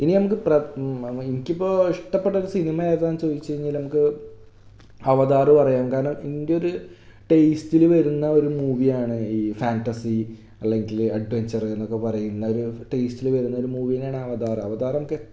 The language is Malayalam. ഇനി നമുക്ക് പ്ര എനിക്കിപ്പോൾ ഇഷ്ടപ്പെട്ടൊരു സിനിമ ഏതെന്ന് ചോദിച്ചു കഴിഞ്ഞാൽ നമുക്ക് അവതാർ പറയാം കാരണം എൻറ്റൊരു ടേസ്റ്റിൽ വരുന്ന ഒരു മൂവിയാണ് ഈ ഫാൻറ്റസി അല്ലെങ്കിൽ അഡ്വഞ്ചറെന്നൊക്കെ പറയുന്ന ഒരു ടേസ്റ്റിൽ വരുന്നൊരു മൂവി നന്നെയാണ് അവതാർ അവതാർ നമുക്ക് എത്ര കണ്ടാലും